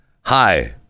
Hi